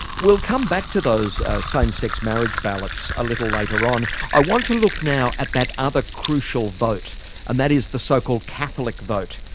we'll come back to those same-sex marriage ballots ah a later on. i want to look now at that other crucial vote and that is the so-called catholic vote.